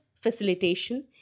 facilitation